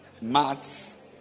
maths